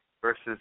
versus